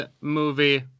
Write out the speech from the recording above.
movie